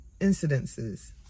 incidences